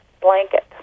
blanket